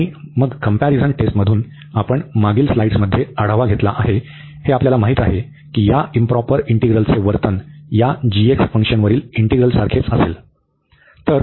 आणि मग कंपॅरिझन टेस्टमधून आपण मागील स्लाइड्समध्ये आढावा घेतला आहे हे आपल्याला माहित आहे की या इंप्रॉपर इंटीग्रलचे वर्तन या फंक्शनवरील इंटीग्रलसारखेच असेल